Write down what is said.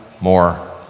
more